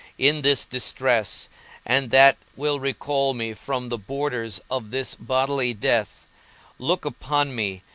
in this distress and that will recall me from the borders of this bodily death look upon me,